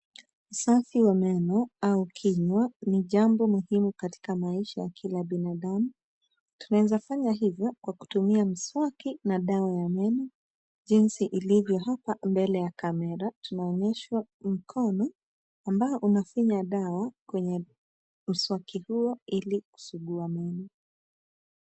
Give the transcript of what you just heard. Usafi wa meno au kinywa ni jambo muhimu katika maisha ya kila binadamu. Tunaweza fanya hivyo kwa kutumia mswaki na dawa ya meno, jinsi ilivyo hapa mbele ya kamera. Tunaonyeshwa mkono ambao unafinya dawa kwenye mswaki huo ili kusugua meno.